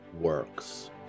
works